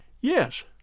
Yes